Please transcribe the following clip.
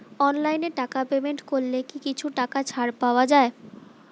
অনলাইনে টাকা পেমেন্ট করলে কি কিছু টাকা ছাড় পাওয়া যায়?